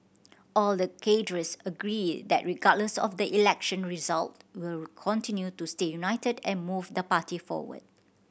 all the cadres agree that regardless of the election results we'll continue to stay united and move the party forward